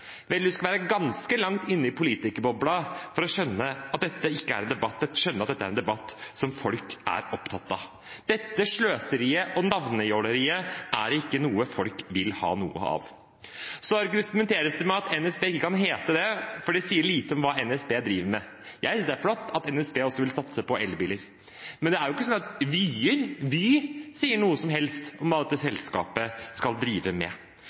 Vel, man skal være ganske langt inne i politikerbobla for ikke å skjønne at dette er en debatt som folk er opptatt av. Dette sløseriet og navnejåleriet er ikke noe folk vil ha noe av. Det argumenteres med at NSB ikke kan hete det fordi det sier lite om hva NSB driver med. Jeg synes det er flott at NSB også vil satse på elbiler. Men «vyer» og «vy» sier jo ikke noe som helst om hva dette selskapet skal drive med.